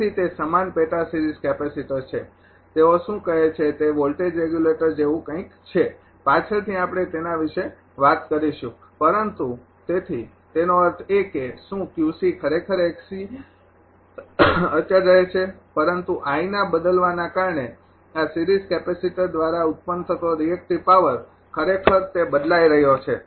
તેથી તે સમાન પેટા સિરીઝ કેપેસિટર છે તેઓ શું કહે છે તે વોલ્ટેજ રેગ્યુલેટર જેવું કંઈક છે પાછળથી આપણે તેના વિશે વાત કરીશું પરંતુ તેથી તેનો અર્થ એ કે શું ખરેખર અચળ રહે છે પરંતુ ના બદલવાને કારણે આ સિરીઝ કેપેસિટર દ્વારા ઉત્પન્ન થતો રિએક્ટિવ પાવર ખરેખર તે બદલાઈ રહ્યો છે